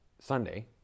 Sunday